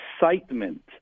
excitement